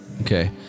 Okay